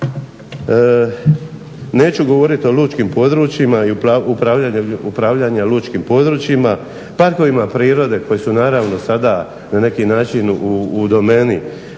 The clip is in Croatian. Neću govoriti o lučkim područjima i upravljanjem lučkim područjima, parkovima prirode koji su naravno sada na neki način u domeni